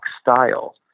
style